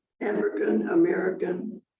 African-American